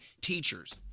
Teachers